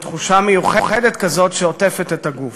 ותחושה מיוחדת כזאת עוטפת את הגוף.